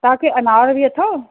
तव्हांखे अनार बि अथव